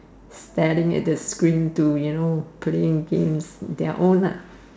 staring at the screen to you know playing games their own ah